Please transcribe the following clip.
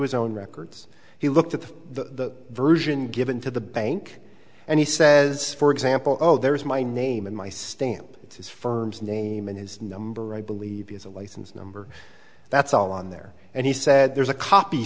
his own records he looked at the version given to the bank and he says for example oh there's my name and my stamp it's his firm's name and his number i believe is a license number that's on there and he said there's a copy